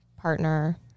partner